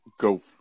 go